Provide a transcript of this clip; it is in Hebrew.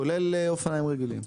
כולל אופניים רגילים.